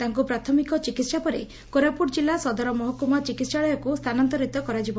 ତାଙ୍କୁ ପ୍ରାଥମିକ ଚିକିହା ପରେ କୋରାପୁଟ ଜିଲ୍ଲା ସଦର ମହକୁମା ଚିକିସାଳୟକୁ ସ୍ଥାନାନ୍ତରିତ କରାଯିବ